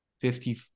fifty